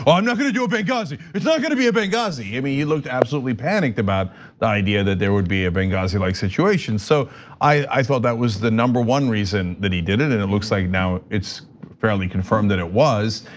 um not gonna do as benghazi. it's not gonna be a benghazi. he i mean he looked absolutely panicked about the idea that there would be a benghazi-like like situation. so i thought that was the number one reason that he did it. and it looks like now it's apparently confirmed that it was.